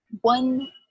one